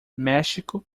méxico